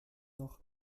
noch